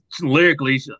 lyrically